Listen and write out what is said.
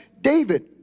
David